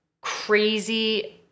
crazy